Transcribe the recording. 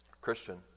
Christian